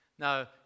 Now